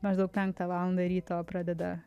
maždaug penktą valandą ryto pradeda